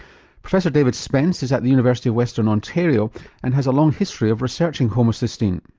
professor david spence is at the university of western ontario and has a long history of researching homocysteine.